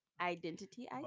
Identity